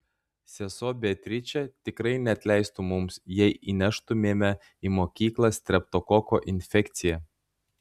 sesuo beatričė tikrai neatleistų mums jei įneštumėme į mokyklą streptokoko infekciją